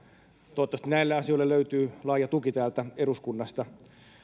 toivottavasti näille asioille löytyy laaja tuki täältä eduskunnasta